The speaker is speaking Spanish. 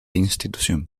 institución